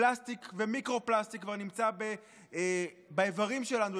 פלסטיק ומיקרו-פלסטיק כבר נמצאים באיברים שלנו,